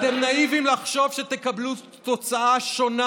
אתם נאיביים לחשוב שתקבלו תוצאה שונה